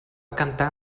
cantar